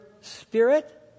spirit